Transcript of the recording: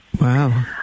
Wow